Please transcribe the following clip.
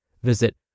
Visit